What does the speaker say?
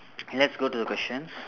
let's go to the questions